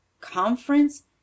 Conference